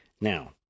Now